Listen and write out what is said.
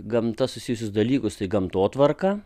gamta susijusius dalykus tai gamtotvarka